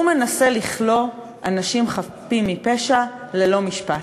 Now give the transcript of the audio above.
הוא מנסה לכלוא אנשים חפים מפשע ללא משפט,